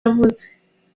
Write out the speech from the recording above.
yavuze